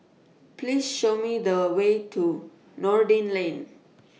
Please Show Me The Way to Noordin Lane